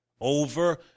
over